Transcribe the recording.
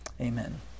Amen